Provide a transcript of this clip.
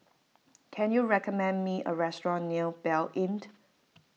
can you recommend me a restaurant near Blanc Inn